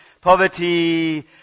poverty